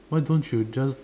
why don't you just